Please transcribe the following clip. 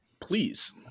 Please